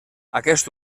aquest